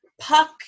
Puck